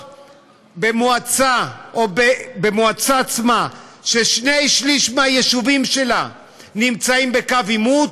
מועצה שלפחות שני שלישים מהיישובים שלה נמצאים בקו עימות,